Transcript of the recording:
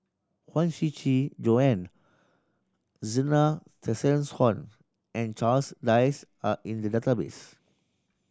Huang Shiqi Joan Zena Tessensohn and Charles Dyce are in the database